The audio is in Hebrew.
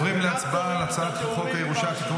להצבעה על הצעת חוק הירושה (תיקון,